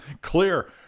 clear